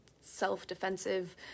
self-defensive